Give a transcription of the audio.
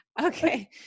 Okay